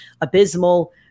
Abysmal